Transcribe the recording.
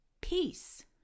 peace